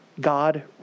God